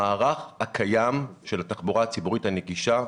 המערך הקיים של התחבורה הציבורית הנגישה,